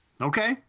Okay